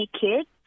Kids